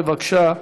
בבקשה.